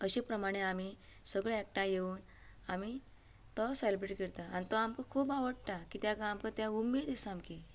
अशें प्रमाणे आमी सगळे एकठांय येवन आमी तो सेलेब्रेट करतात आनी तो आमकां खूब आवडटा कित्याक आमकां तें उमेद सामकी